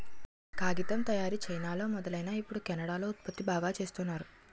కాగితం తయారీ చైనాలో మొదలైనా ఇప్పుడు కెనడా లో ఉత్పత్తి బాగా చేస్తున్నారు